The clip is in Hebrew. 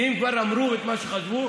ואם כבר אמרו את מה שחשבו,